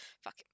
Fuck